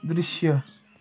दृश्य